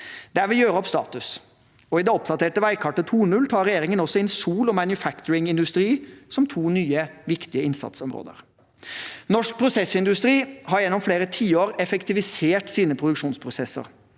der vi gjør opp status. I det oppdaterte veikartet 2.0 tar regjeringen også inn sol og «manufacturing industry» som to nye viktige innsatsområder. Norsk prosessindustri har gjennom flere tiår effektivisert sine produksjonsprosesser.